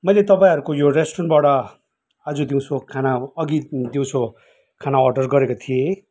मैले तपाईँहरूको यो रेस्टुरेन्टबाट आज दिउँसो खाना अघि दिउँसो खाना अर्डर गरेको थिएँ